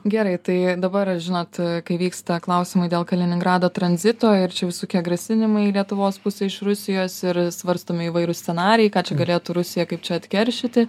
gerai tai dabar žinot kai vyksta klausimai dėl kaliningrado tranzito ir čia visokie grasinimai lietuvos pusei iš rusijos ir svarstomi įvairūs scenarijai ką čia galėtų rusija kaip čia atkeršyti